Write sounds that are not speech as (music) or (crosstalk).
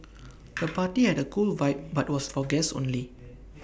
(noise) the party had A cool vibe but was for guests only